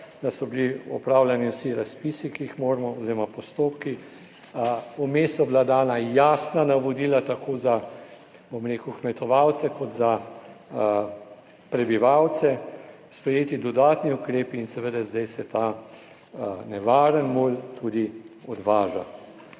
da so bili opravljeni vsi razpisi, ki jih moramo, oziroma postopki. Vmes so bila dana jasna navodila tako za kmetovalce kot za prebivalce, sprejeti dodatni ukrepi in zdaj se ta nevarni mulj tudi odvaža.